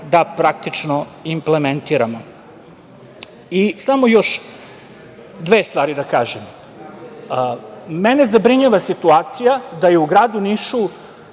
da praktično implementiramo. Samo još dve stvari da kažem. Mene zabrinjava situacija da je u gradu Nišu